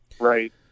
Right